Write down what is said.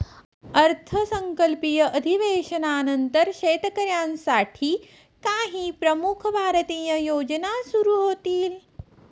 अर्थसंकल्पीय अधिवेशनानंतर शेतकऱ्यांसाठी काही प्रमुख भारतीय योजना सुरू होतील